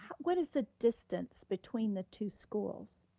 what is the distance between the two schools?